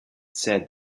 said